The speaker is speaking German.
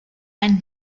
einen